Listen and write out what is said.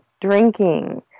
drinking